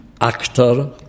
actor